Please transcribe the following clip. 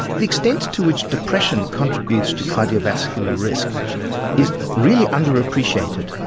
the extent to which depression contributes to cardiovascular risk is really under-appreciated.